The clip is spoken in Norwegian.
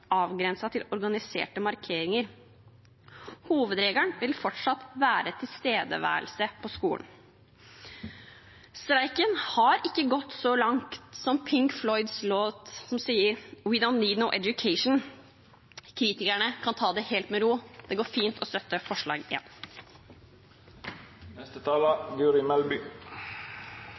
til organiserte markeringer. Hovedregelen vil fortsatt være tilstedeværelse på skolen. Streiken har ikke gått så langt som Pink Floyds låt, som sier: «We don’t need no education». Kritikerne kan ta det helt med ro. Det går fint å støtte forslag